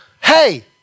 hey